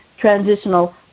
transitional